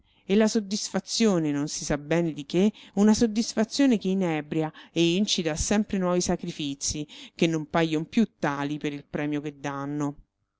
e la soddisfazione non si sa bene di che una soddisfazione che inebria e incita a sempre nuovi sacrifizi che non paion più tali per il premio che danno